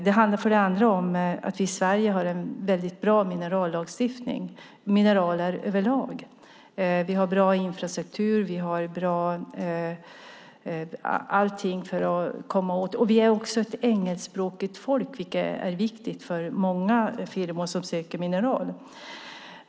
Det handlar för det andra om att vi i Sverige har en väldigt bra minerallagstiftning när det gäller mineraler över lag. Vi har bra infrastruktur när det gäller att komma åt dem. För det tredje är vi ett engelskspråkigt folk, vilket är viktigt för många firmor som söker mineraler.